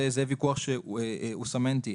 זה ויכוח שהוא סמנטי.